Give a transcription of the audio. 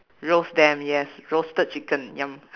roast them yes roasted chicken yum